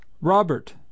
ROBERT